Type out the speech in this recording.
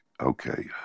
okay